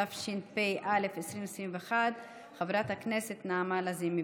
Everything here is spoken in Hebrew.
התשפ"א 2021. חברת הכנסת נעמה לזימי,